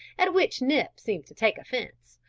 at which nip seemed to take offence,